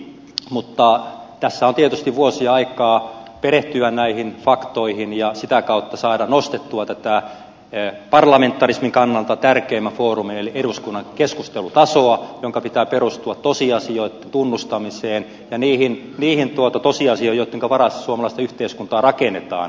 mutta tässä on tietysti vuosia aikaa perehtyä näihin faktoihin ja sitä kautta saada nostettua tätä parlamentarismin kannalta tärkeimmän foorumin eli eduskunnan keskustelutasoa jonka pitää perustua tosiasioitten tunnustamiseen ja niihin tosiasioihin joittenka varassa suomalaista yhteiskuntaa rakennetaan